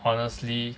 honestly